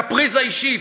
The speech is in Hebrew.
קפריזה אישית,